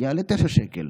יעלה 9 שקל.